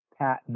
Pat